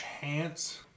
chance